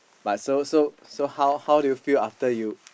but so so so how how do you feel after you